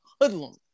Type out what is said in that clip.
hoodlum